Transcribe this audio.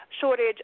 shortage